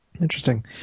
interesting